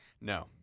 no